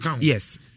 Yes